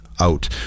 out